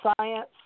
science